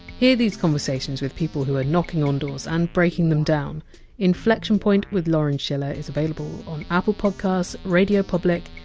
hear these conversations with people who are knocking on doors and breaking them down inflection point with lauren schiller is available on apple podcasts, radiopublic,